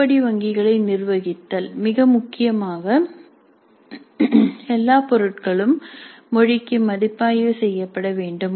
உருப்படி வங்கிகளை நிர்வகித்தல் மிக முக்கியமாக எல்லா பொருட்களும் மொழிக்கு மதிப்பாய்வு செய்யப்பட வேண்டும்